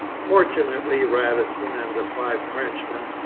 fortunately radisson and the five frenchmen,